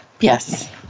Yes